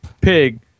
pig